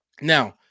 now